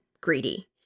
greedy